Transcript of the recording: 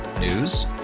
News